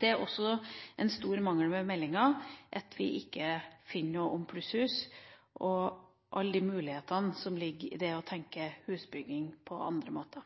Det er også en stor mangel ved meldinga at vi ikke finner noe om plusshus og alle de mulighetene som ligger i det å tenke husbygging på andre måter.